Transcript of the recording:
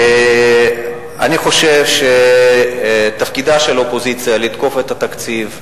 אני חושב שתפקידה של האופוזיציה לתקוף את התקציב.